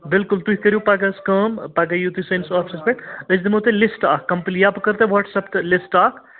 بِلکُل تُہۍ کٔرِو پگاہ حظ کٲم پگاہ یِیِو تُہۍ سٲنِس آفِسَس پٮ۪ٹھ أسۍ دِمو تۄہہِ لِسٹہٕ اَکھ کمپٕلی یا بہٕ کرو تۄہہِ وَٹسَپ تہٕ لِسٹہٕ اَکھ